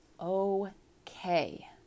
okay